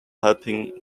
helping